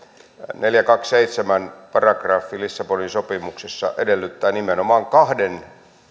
neljänkymmenenkahden piste seitsemän lissabonin sopimuksessa edellyttää nimenomaan kahden